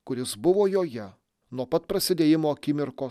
kuris buvo joje nuo pat prasidėjimo akimirkos